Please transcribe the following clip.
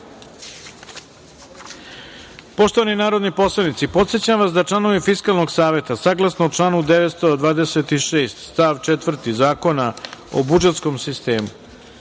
radu. Poštovani narodni poslanici, podsećam vas da članovi Fiskalnog saveta, saglasno članu 926. stav 4. Zakona o budžetskom sistemu,